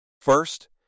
First